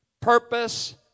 purpose